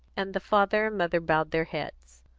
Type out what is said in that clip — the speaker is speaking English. and the father and mother bowed their heads.